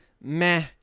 meh